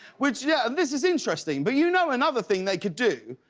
which yeah, this is interesting. but you know another thing they could do,